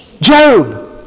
Job